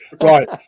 right